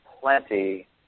plenty